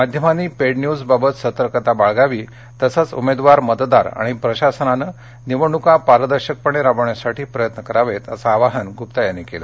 माध्यमांनी paid news बाबत सतर्कता बाळगावी तसंच उमेदवार मतदार आणि प्रशासनानं निवडणुका पारदर्शकपणे राबवण्यासाठी प्रयत्न करावेत असे आवाहन ग्रप्ता यांनी यावेळी केलं